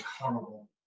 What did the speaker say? horrible